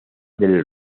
del